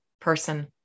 person